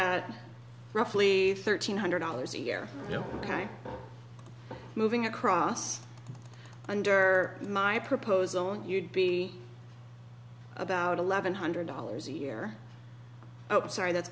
at roughly thirteen hundred dollars a year you know ok moving across under my proposal you'd be about eleven hundred dollars a year sorry that